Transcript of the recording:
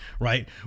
right